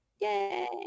yay